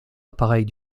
appareils